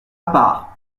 part